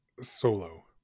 Solo